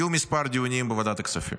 יהיו כמה דיונים בוועדת הכספים.